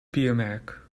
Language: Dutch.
biermerk